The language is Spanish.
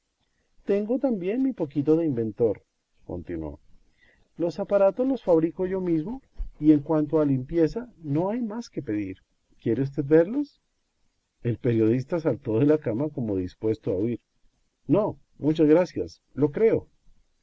tengo también mi poquito de inventor continuó los aparatos los fabrico yo mismo y en cuanto a limpieza no hay más que pedir quiere usted verlos el periodista saltó de la cama como dispuesto a huir no muchas gracias lo creo